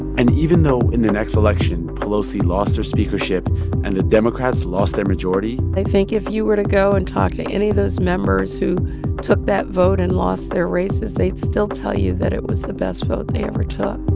and even though, in the next election, pelosi lost her speakership and the democrats lost their majority. i think if you were to go and talk to any of those members who took that vote and lost their races, they'd still tell you that it was the best vote they ever took